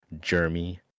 Jeremy